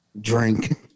Drink